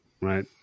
right